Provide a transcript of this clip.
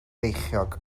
feichiog